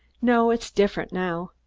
no, it's different now.